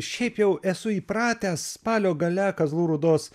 šiaip jau esu įpratęs spalio gale kazlų rūdos